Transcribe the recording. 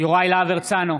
יוראי להב הרצנו,